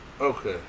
Okay